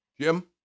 Jim